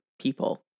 people